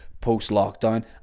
post-lockdown